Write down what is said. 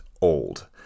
old